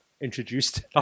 introduced